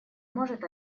может